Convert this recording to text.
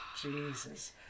Jesus